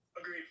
Agreed